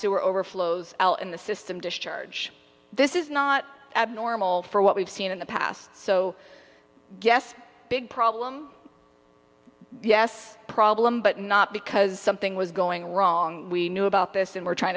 sewer overflows in the system discharge this is not abnormal for what we've seen in the past so yes big problem yes problem but not because something was going wrong we knew about this and we're trying